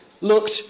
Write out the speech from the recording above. looked